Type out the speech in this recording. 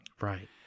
Right